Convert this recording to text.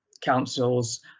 councils